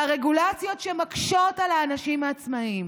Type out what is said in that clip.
והרגולציות שמקשות על האנשים העצמאים,